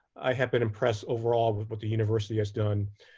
i have been impressed overall with what the university has done.